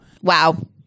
Wow